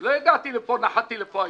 לא הגעתי לפה, נחתתי לפה היום.